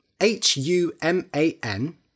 H-U-M-A-N